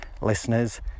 Listeners